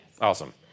Awesome